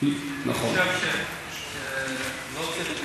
אני חושב שלא צריך להיות,